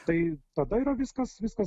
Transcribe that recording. tai tada yra viskas viskas